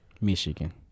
Michigan